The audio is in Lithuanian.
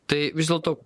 tai vis dėlto